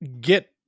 get